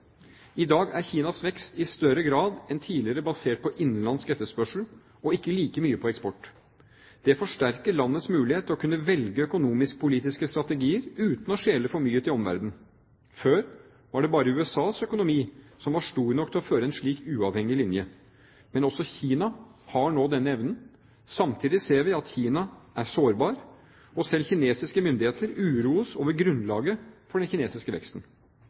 I dag er Kinas vekst i større grad enn tidligere basert på innenlandsk etterspørsel og ikke like mye på eksport. Det forsterker landets mulighet til å kunne velge økonomisk-politiske strategier uten å skjele for mye til omverdenen. Før var det bare USAs økonomi som var stor nok til å føre en slik uavhengig linje, men også Kina har nå denne evnen. Samtidig ser vi at Kina er sårbar, og selv kinesiske myndigheter uroes over grunnlaget for den kinesiske veksten.